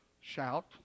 shout